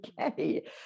okay